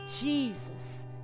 Jesus